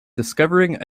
discovering